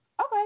Okay